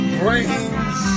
brains